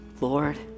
Lord